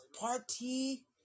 Party